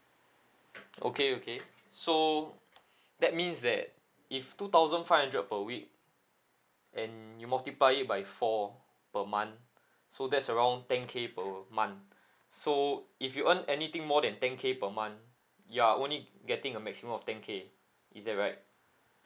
okay okay so that means that if two thousand five hundred per week and you multiply it by four per month so that's around ten K per month so if you earn anything more than ten K per month you are only getting a maximum of ten K is that right